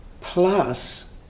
Plus